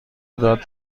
داد